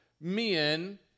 men